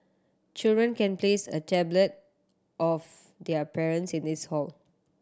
children can place a tablet of their parents in this hall